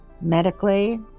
medically